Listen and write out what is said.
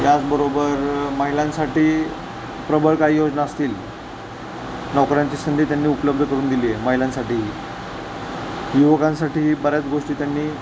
याचबरोबर महिलांसाठी प्रबळ काही योजना असतील नोकऱ्यांची संधी त्यांनी उपलब्ध करून दिली आहे महिलांसाठीही युवकांसाठीही बऱ्याच गोष्टी त्यांनी